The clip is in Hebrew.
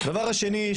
הדבר השני,